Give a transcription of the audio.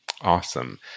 Awesome